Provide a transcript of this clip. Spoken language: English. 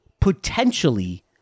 potentially